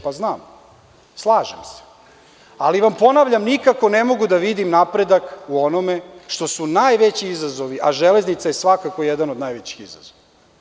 Pa znam, slažem se, ali vam ponavljam, nikako ne mogu da vidim napredak u onome što su najveći izazovi, a „Železnica“ je svakako jedan od najvećih izazova.